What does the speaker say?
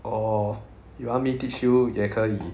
or you want me teach you 也可以